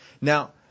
Now